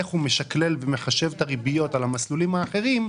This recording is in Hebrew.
איך הוא משקלל ומחשב את הריביות על המסלולים האחרים,